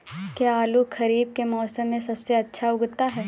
क्या आलू खरीफ के मौसम में सबसे अच्छा उगता है?